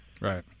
Right